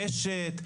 רשת,